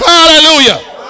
Hallelujah